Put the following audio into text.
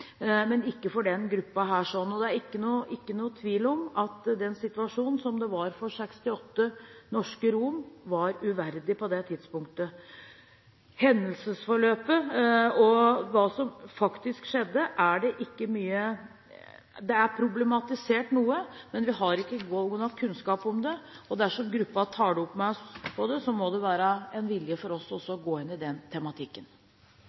men ikke for denne gruppen. Det er ingen tvil om at den situasjonen som var for 68 norske romer på det tidspunktet, var uverdig. Hendelsesforløpet og hva som faktisk skjedde, er problematisert noe, men vi har ikke god nok kunnskap om det. Dersom gruppen tar det opp med oss, må det være en vilje for oss til å gå inn i den tematikken.